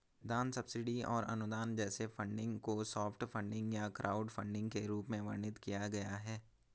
दान सब्सिडी और अनुदान जैसे फंडिंग को सॉफ्ट फंडिंग या क्राउडफंडिंग के रूप में वर्णित किया गया है